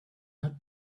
had